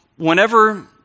Whenever